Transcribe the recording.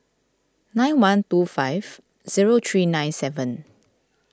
nine one two five zero three nine seven